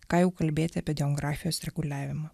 ką jau kalbėti apie geografijos reguliavimą